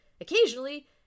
Occasionally